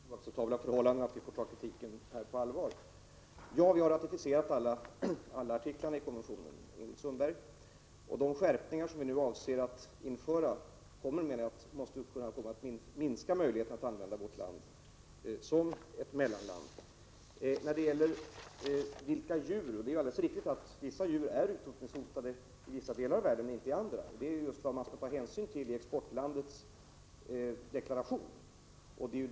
Herr talman! Som tidigare har sagts är enigheten stor om att det rör sig om oacceptabla förhållanden. Vi måste ta kritiken på allvar. Ja, Ingrid Sundberg, vi har ratificerat alla artiklar i konventionen. De skärpningar som vi nu avser att införa måste kunna komma att minska möjligheterna att utnyttja vårt land som ett mellanland. Sedan till frågan om vilka djur som är hotade. Det är ju alldeles riktigt att vissa djur är utrotningshotade i vissa delar av världen, men inte i andra. Det är just sådant man skall ta hänsyn till i exportlandets deklaration.